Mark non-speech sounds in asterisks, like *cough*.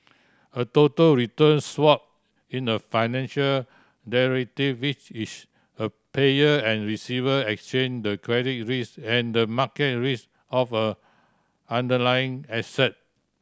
a total return swap in a financial *unintelligible* which is a payer and receiver exchange the credit risk and market risk of a underlying asset